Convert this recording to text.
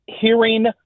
hearing